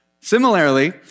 Similarly